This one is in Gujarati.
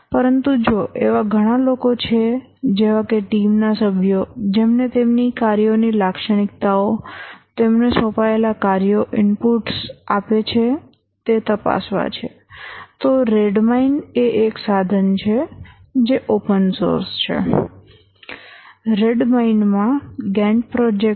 પરંતુ જો એવા ઘણા લોકો છે કે જેવા કે ટીમના સભ્યો જેમને તેમની કાર્યોની લાક્ષણિકતાઓ તેમને સોંપાયેલ કાર્યો ઇનપુટ્સ આપે છે તે તપાસવા છે તો રેડમાઇન એ એક સાધન છે જે ઓપન સોર્સ છે રેડમાઇન માં ગેન્ટ પ્રોજેક્ટ